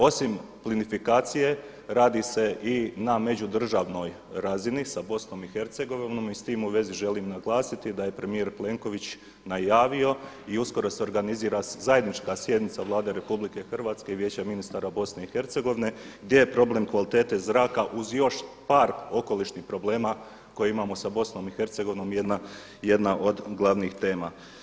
Osim plinifikacije radi se i na međudržavnoj razini sa BiH i s tim u vezi želim naglasiti da je premijer Plenković najavio i uskoro se organizira zajednička sjednica Vlade RH i Vijeće ministar BiH gdje je problem kvalitete zraka uz još par okolišnih problema koje imamo sa BiH jedna od glavnih tema.